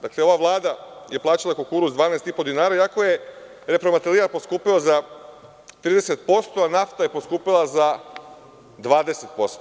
Dakle, ova Vlada je plaćala kukuruz 12,5 dinara iako je repromaterijal poskupeo za 30%, a nafta je poskupela za 20%